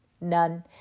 none